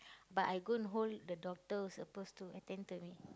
but I go and hold the doctor who's supposed to attend to me